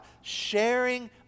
sharing